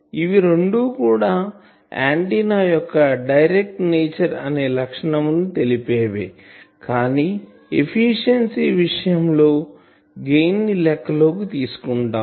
ఇవి రెండు కూడా ఆంటిన్నా యొక్క డైరెక్ట్డ్ నేచర్ అనే లక్షణం ను తెలిపేవే కానీ ఎఫిషియన్సీ విషయం లో గెయిన్ ను లెక్క లోకి తీసుకుంటాము